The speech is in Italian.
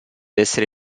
essere